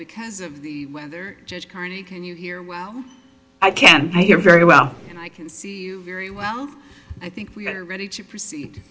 because of the weather judge carney can you hear well i can hear very well and i can see you very well i think we are ready to proceed